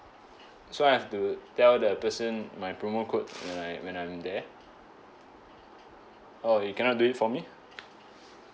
so I have to tell the person my promo code when I'm when I'm there oh you cannot do it for me